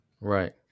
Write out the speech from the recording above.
Right